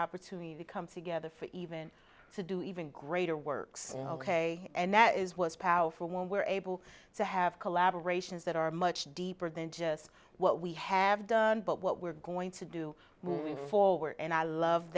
opportunity to come together for even to do even greater works ok and that is was powerful when we're able to have collaboration's that are much deeper than just what we have done but what we're going to do we forward and i love